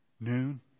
noon